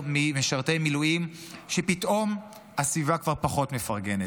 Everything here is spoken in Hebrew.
ממשרתי מילואים שפתאום הסביבה כבר פחות מפרגנת,